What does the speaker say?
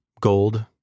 gold